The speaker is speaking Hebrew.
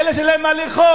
לאלה שאין להם מה לאכול.